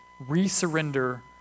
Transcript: Re-surrender